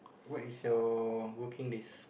what is your working days